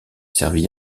servi